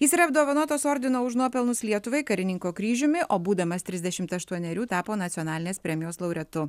jis yra apdovanotas ordino už nuopelnus lietuvai karininko kryžiumi o būdamas trisdešimt aštuonerių tapo nacionalinės premijos laureatu